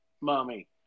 Mommy